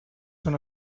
són